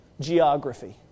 Geography